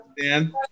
Dan